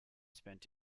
spent